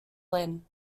linn